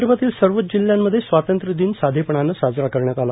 विदर्भातील सर्वच जिल्ह्यांमध्ये स्वातंत्र्य दिन साधेपणाने साजरा करण्यात आला